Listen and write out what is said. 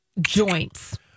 Joints